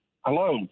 Hello